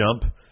jump